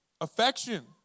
affection